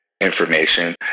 information